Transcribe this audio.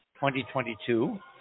2022